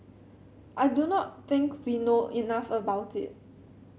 I do not think we know enough about it